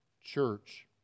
church